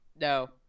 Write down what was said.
No